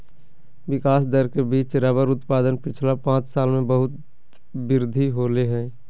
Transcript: विकास दर के बिच रबर उत्पादन पिछला पाँच साल में बहुत वृद्धि होले हें